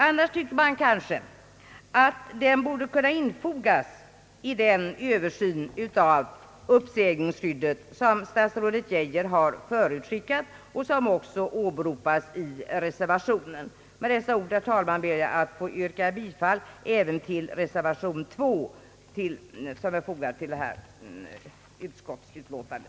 Annars tycker man att den borde kunna infogas i den översyn av uppsägningsskyddet, som statsrådet Geijer har förutskickat och som också åberopas i reservationen. Med dessa ord, herr talman, ber jag att få yrka bifall även till reservation II, som är fogad till detta utskottsutlåtande.